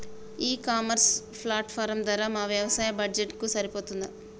ఈ e commerce platform ధర మా వ్యవసాయ బడ్జెట్ కు సరిపోతుందా?